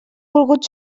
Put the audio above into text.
volgut